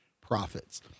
profits